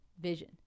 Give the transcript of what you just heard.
vision